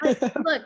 look